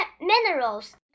minerals